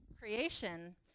creation